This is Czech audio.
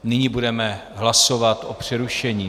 Nyní budeme hlasovat o přerušení.